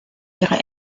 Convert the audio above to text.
ihre